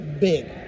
big